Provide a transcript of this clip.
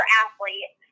athlete